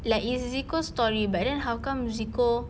like it's zeko's story but then how come zeko